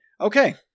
okay